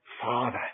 Father